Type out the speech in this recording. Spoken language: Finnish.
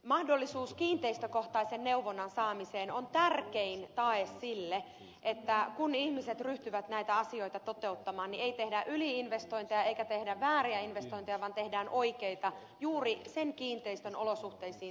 mahdollisuus kiinteistökohtaisen neuvonnan saamiseen on tärkein tae sille että kun ihmiset ryhtyvät näitä asioita toteuttamaan niin ei tehdä yli investointeja eikä tehdä vääriä investointeja vaan tehdään oikeita juuri sen kiinteistön olosuhteisiin sopivia ratkaisuja